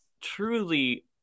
truly